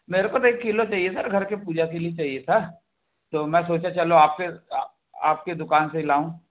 मेरे को तो एक किलो चाहिए सर घर के पूजा के लिए चाहिए था तो मैं सोचा चलो आपके आपके दुकान से ही लाऊं